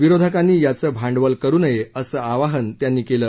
विरोधकांनी याचं भांडवल करू नये असं आवाहन त्यांनी केलं